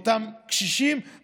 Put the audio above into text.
באותם קשישים,